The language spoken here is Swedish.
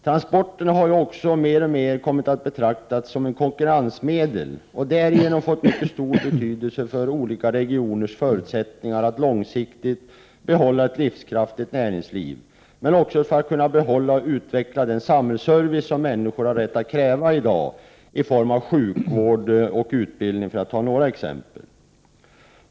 Transporterna har också mer och mer kommit att betraktas som ett konkurrensmedel och därigenom fått mycket stor betydelse för olika regioners förutsättningar att långsiktigt behålla ett livskraftigt näringsliv men också att behålla och utveckla den samhällsservice som människor i dag har rätt att kräva, i form av sjukvård och utbildning, för att ta några exempel.